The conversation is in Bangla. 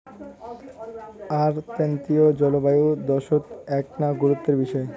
আর ক্রান্তীয় জলবায়ুর দ্যাশত এ্যাকনা গুরুত্বের বিষয়